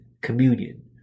communion